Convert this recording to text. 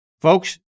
Folks